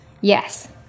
Yes